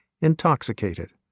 intoxicated